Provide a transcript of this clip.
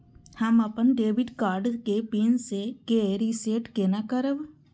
हम अपन debit card के पिन के रीसेट केना करब?